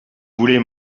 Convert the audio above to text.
voulez